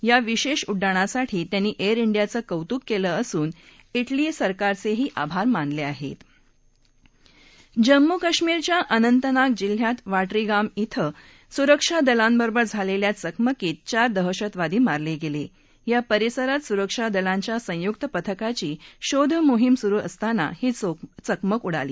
या विशद्व उङ्डाणासाठी त्यांनी एअर डियाचं कौतुक कळे असून डेली सरकारचहीीआभार मानल आहर्ति जम्मू कश्मीरच्या अनंतनाग जिल्ह्यात वाटरीगाम धिं सुरक्षा दलांबरोबर झालखिं चकमकीत चार दहशतवादी मारलखिंदा झा परिसरात सुरक्षा दलांच्या संयुक्त पथकाची शोधमोहिम सुरु असताना ही चकमक उडाली